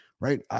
Right